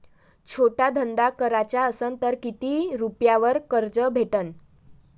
छोटा धंदा कराचा असन तर किती रुप्यावर कर्ज भेटन?